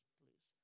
please